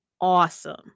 awesome